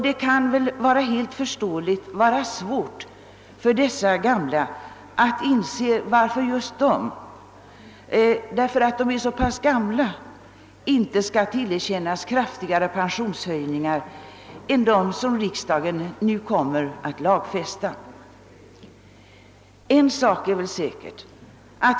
Det kan helt naturligt vara svårt för dessa gamla att inse varför just de, därför att de är så pass gamla, inte skall få sig tillerkända kraftigare pensionshöjningar än dem riksdagen nu kommer att lagfästa.